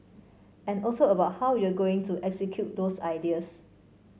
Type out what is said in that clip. and also about how you're going to execute those ideas